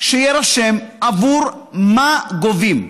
שיירשם עבור מה גובים.